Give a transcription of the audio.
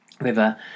River